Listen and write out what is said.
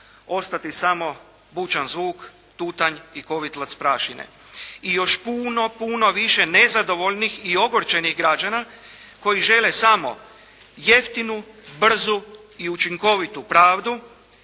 ostati samo bučan zvuk, tutanj i kovitlac prašine. I još puno, puno više nezadovoljnih i ogorčenih građana koji žele samo jeftinu, brzu i učinkovitu pravdu,